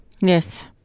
Yes